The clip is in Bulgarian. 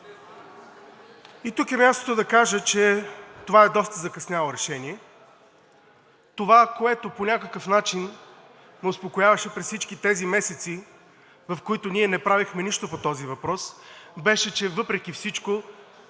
Тук е мястото да кажа, че това е доста закъсняло решение. Това, което по някакъв начин ме успокояваше през всички тези месеци, в които ние не правихме нищо по този въпрос, беше, че въпреки всичко